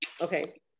Okay